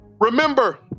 Remember